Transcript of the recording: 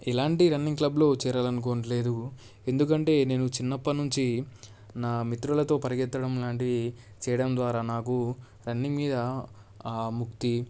ఎలాంటి రన్నింగ్ క్లబ్లో చేరాలనుకోవటం లేదు ఎందుకంటే నేను చిన్నప్పటి నుంచి నా మిత్రులతో పరుగెత్తడం లాంటివి చేయడం ద్వారా నాకు రన్నింగ్ మీద ముక్తి